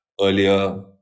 earlier